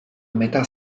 metà